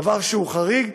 דבר שהוא חריג.